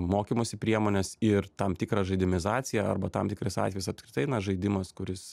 mokymosi priemones ir tam tikrą žaidimizaciją arba tam tikrais atvejais apskritai na žaidimas kuris